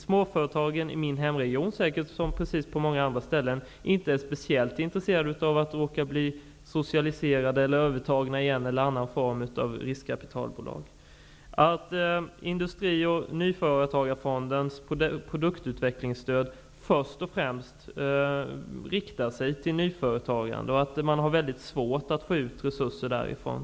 Småföretagen i min hemregion, och säkert på många andra ställen, är inte speciellt intresserade av att bli socialiserade eller övertagna i en eller annan form av riskkapitalbolag. Industrioch nyföretagarfondens produktutveckligsstöd riktar sig främst till nyföretagande, och man har mycket svårt att få resurser därifrån.